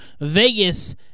Vegas